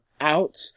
out